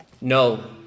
No